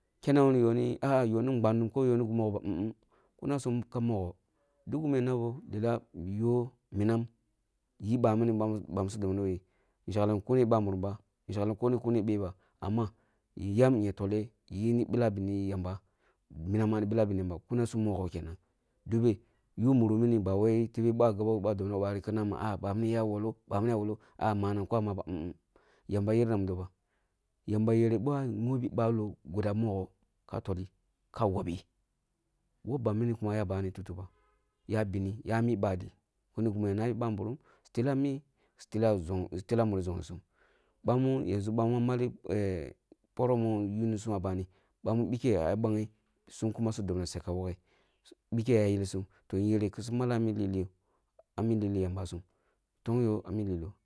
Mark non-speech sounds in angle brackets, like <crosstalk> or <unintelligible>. Kena na woni ah ah yoni gbandum ko yoni gimi mogho ba <unintelligible> kuna sum kap magho, duk gumu ya nabo lelah yoh, minam, yi bamini bam- bami su dabna koyi, shekleh ni kune babirim ba, shekleh ko ni kune beh ba, amma yam ya toleh, yini billah beni yamba, minam ma ni bullah beni yamba, kuna sum mogho kenang, dole, yummunuk mini ba wai ba gabo ba dobna ko bari kuma bamīni ya wuro bamīni ya wuro, ko ah manag ko ah maba <unintelligible> yamba yer na mdo ba, yamba yere bwa ghobi balo guda mogho ka toli, ka wubbi, wabban mini kuma ya bani tifu ba, ya beni, yami bali, mini gima ya nabi babirim, su teka mi su tela mure zongsum, bami yanʒu bami mali <hesitation> poroh mu yunusum ah bami, bamun beke ah ya bagheh, sum kuma su dobna suya ka woghe su, beke ah ya ya yeksum, toh yere kusu mala ah mi lile ah mi yamba sum. Ntongyo ami liloh.